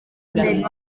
imbere